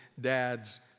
Dad's